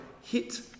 hit